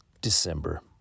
December